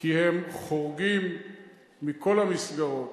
כי הם חורגים מכל המסגרות.